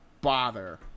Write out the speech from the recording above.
bother